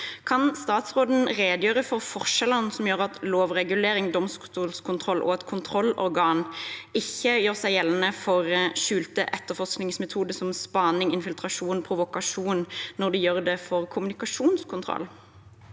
Kan statsråden redegjøre for forskjellene som gjør at lovregulering, domstolskontroll og et kontrollorgan ikke gjør seg gjeldende for skjulte etterforskningsmetoder som spaning, infiltrasjon og provokasjon, når de gjør det for kommunikasjonskontroll?